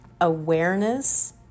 Awareness